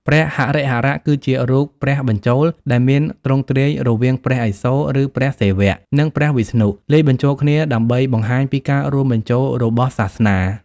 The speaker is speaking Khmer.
ព្រះហរិហរៈគឺជារូបព្រះបញ្ចូល ដែលមានទ្រង់ទ្រាយរវាងព្រះឥសូរ (ឬ ព្រះសិវៈ) និងព្រះវិស្ណុ លាយបញ្ចូលគ្នាដើម្បីបង្ហាញពីការរួមបញ្ចូលរបស់សាសនា។